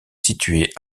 située